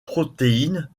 protéine